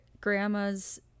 grandma's